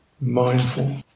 mindful